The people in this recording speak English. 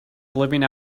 living